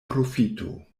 profito